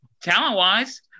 Talent-wise